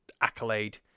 accolade